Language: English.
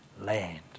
land